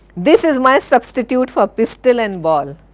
this is my substitute for pistol and ball.